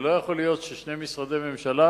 לא יכול להיות ששני משרדי ממשלה